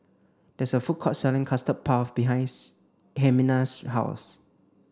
there is a food court selling custard puff behinds Ximena's house